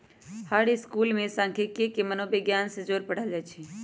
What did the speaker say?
हर school में सांखियिकी के मनोविग्यान से जोड़ पढ़ायल जाई छई